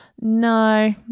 no